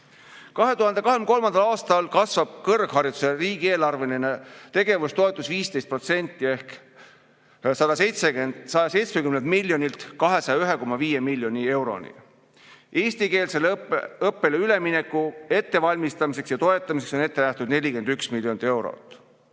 2023. aastal kasvab kõrghariduse riigieelarveline tegevustoetus 15% ehk 170 miljonilt 201,5 miljoni euroni. Eestikeelsele õppele ülemineku ettevalmistamiseks ja toetamiseks on ette nähtud 41 miljonit eurot. Head